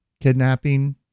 kidnapping